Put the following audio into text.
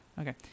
Okay